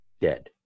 dead